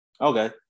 Okay